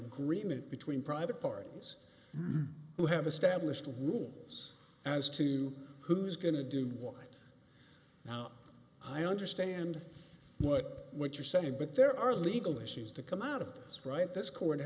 agreement between private parties who have established rules as to who's going to do it now i understand what you're saying but there are legal issues to come out of this right this court